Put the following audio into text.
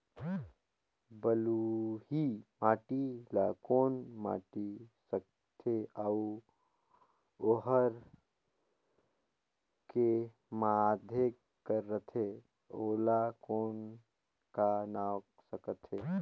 बलुही माटी ला कौन माटी सकथे अउ ओहार के माधेक राथे अउ ओला कौन का नाव सकथे?